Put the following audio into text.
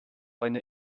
einer